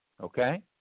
Okay